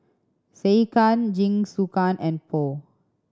Sekihan Jingisukan and Pho